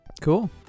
Cool